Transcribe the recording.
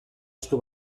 estu